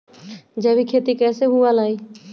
जैविक खेती कैसे हुआ लाई?